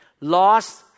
lost